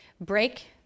break